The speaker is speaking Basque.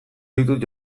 ditut